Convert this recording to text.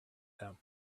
them